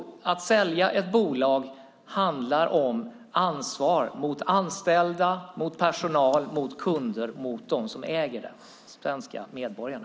Att sälja ett bolag handlar om ansvar mot anställda, personal, kunder och mot dem som äger det, de svenska medborgarna.